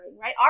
right